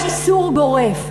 יש איסור גורף.